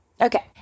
Okay